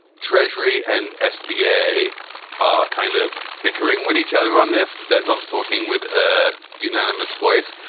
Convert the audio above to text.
treasury and sba are kind of bickering with each other on this. they're not talking with a unanimous voice.